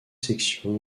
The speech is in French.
sections